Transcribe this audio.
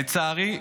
לצערי,